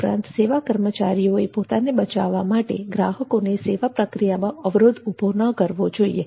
ઉપરાંત સેવા કર્મચારીઓએ પોતાને બચાવવા માટે ગ્રાહકોને સેવા પ્રક્રિયામાં અવરોધ ઉભો ન કરવો જોઇએ